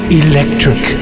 electric